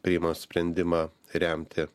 priima sprendimą remti